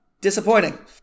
disappointing